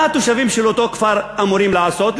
מה התושבים של אותו כפר אמורים לעשות?